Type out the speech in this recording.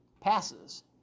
passes